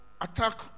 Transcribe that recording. attack